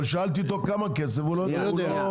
אבל שאלתי אותו כמה כסף, והוא לא יודע.